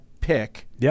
pick